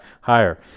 higher